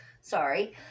Sorry